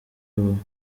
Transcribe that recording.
buri